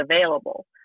available